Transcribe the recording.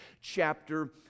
chapter